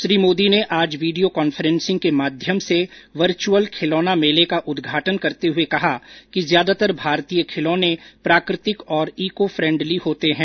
श्री मोदी ने आज video conferencing के माध्यम से वर्चुअल खिलौना मेले का उद्घाटन करते हुए कहा कि ज्यादातर भारतीय खिलौने प्राकृतिक और ईको फेंडली होते हैं